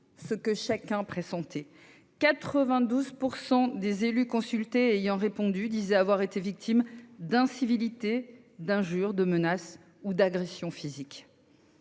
ce que chacun pressentait : 92 % des élus consultés et ayant répondu disaient avoir été victimes d'incivilités, d'injures, de menaces ou d'agressions physiques.